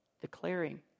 Declaring